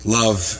love